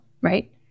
right